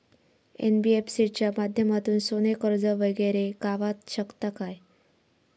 NBFC च्या माध्यमातून सोने कर्ज वगैरे गावात शकता काय?